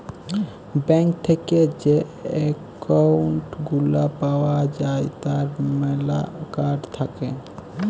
bank থেক্যে যে account গুলা পাওয়া যায় তার ম্যালা কার্ড থাক্যে